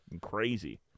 crazy